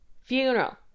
funeral